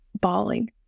bawling